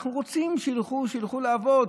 אנחנו רוצים שילכו לעבוד,